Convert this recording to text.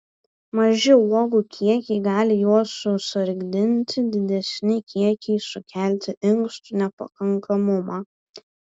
maži uogų kiekiai gali juos susargdinti didesni kiekiai sukelti inkstų nepakankamumą